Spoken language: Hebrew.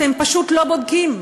אתם פשוט לא בודקים,